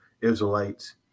Israelites